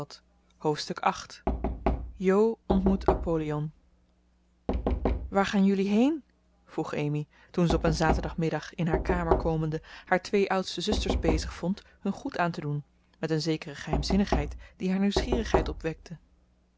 hoofdstuk viii jo ontmoet appollyon waar gaan jullie heen vroeg amy toen ze op een zaterdagmiddag in haar kamer komende haar twee oudste zusters bezig vond hun goed aan te doen met een zekere geheimzinnigheid die haar nieuwsgierigheid opwekte